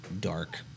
dark